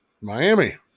Miami